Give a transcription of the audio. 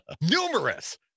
numerous